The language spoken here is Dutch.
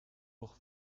nog